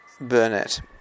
burnett